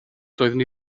doeddwn